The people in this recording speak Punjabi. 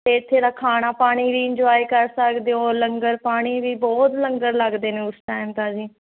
ਅਤੇ ਇੱਥੇ ਦਾ ਖਾਣਾ ਪਾਣੀ ਵੀ ਇੰਜੋਏ ਕਰ ਸਕਦੇ ਹੋ ਲੰਗਰ ਪਾਣੀ ਵੀ ਬਹੁਤ ਲੰਗਰ ਲੱਗਦੇ ਨੇ ਉਸ ਟਾਈਮ ਤਾਂ ਜੀ